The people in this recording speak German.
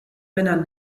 männern